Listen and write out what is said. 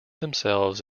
themselves